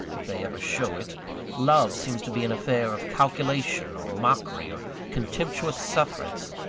if they ever show it love seems to be an affair of calculation, or mockery, or contemptuous sufferance,